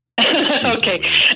Okay